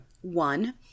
One